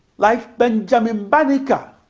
like benjamin banneker,